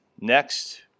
next